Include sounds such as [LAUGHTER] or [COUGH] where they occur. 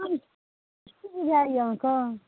[UNINTELLIGIBLE] की बुझाइए अहाँ कऽ